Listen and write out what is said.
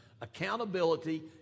accountability